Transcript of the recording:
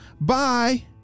Bye